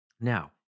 Now